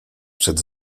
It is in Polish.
przed